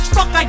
Fuck